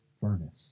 furnace